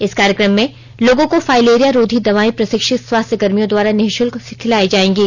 इस कार्यक्रम में लोगों को फाइलेरिया रोधी दवाए प्रशिक्षित स्वास्थ्यकर्मियों द्वारा निःशुल्क खिलाई जाएंगी